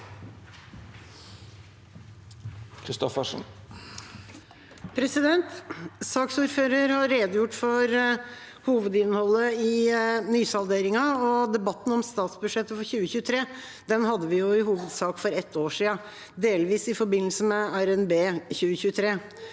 Saksordføreren har redegjort for hovedinnholdet i nysalderingen. Debatten om statsbudsjettet for 2023 hadde vi i hovedsak for ett år siden, delvis i forbindelse med RNB 2023.